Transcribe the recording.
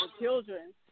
children